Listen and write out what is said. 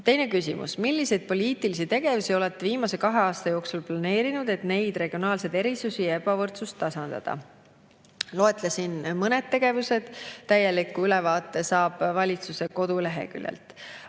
Teine küsimus: "Milliseid poliitilisi tegevusi olete viimase kahe aasta jooksul planeerinud, et neid regionaalseid erisusi ja ebavõrdsust tasandada?" Loetlesin mõned tegevused, täieliku ülevaate saab valitsuse koduleheküljelt.